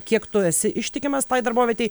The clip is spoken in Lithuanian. kiek tu esi ištikimas tai darbovietei